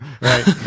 right